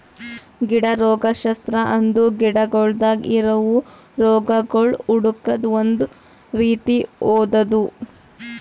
ಗಿಡ ರೋಗಶಾಸ್ತ್ರ ಅಂದುರ್ ಗಿಡಗೊಳ್ದಾಗ್ ಇರವು ರೋಗಗೊಳ್ ಹುಡುಕದ್ ಒಂದ್ ರೀತಿ ಓದದು